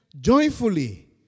joyfully